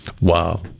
Wow